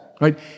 Right